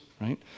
right